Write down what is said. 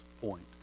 point